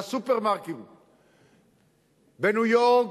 לסופרמרקטים בניו-יורק,